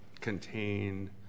contain